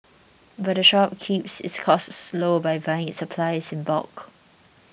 but the shop keeps its costs low by buying its supplies in bulk